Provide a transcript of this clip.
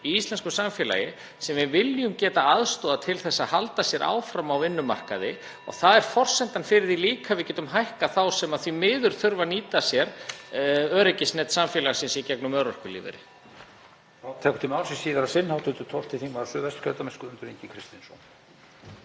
í íslensku samfélagi sem við viljum geta aðstoðað til að halda sér áfram á vinnumarkaði. (Forseti hringir.) Það er forsendan fyrir því líka að við getum hækkað hjá þeim sem því miður þurfa að nýta sér öryggisnet samfélagsins í gegnum örorkulífeyri.